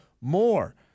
more